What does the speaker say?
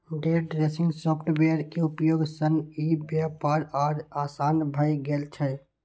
day trading software के उपयोग सं ई व्यापार आर आसान भए गेल छै